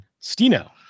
Stino